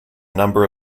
number